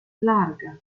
larga